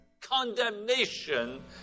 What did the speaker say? condemnation